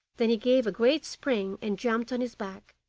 then he gave a great spring and jumped on his back,